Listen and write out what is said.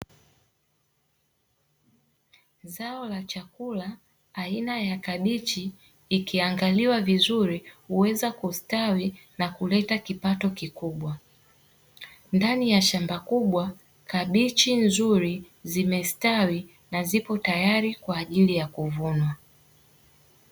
Zao la chakula aina ya kabichi ikiangaliwa vizuri huweza kustawi nakuleta kipato kikubwa, ndani ya shamba kubwa kabichi nzuri zimestawi na zipo tayari kwa ajili ya kuvunwa.